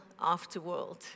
afterworld